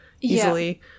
easily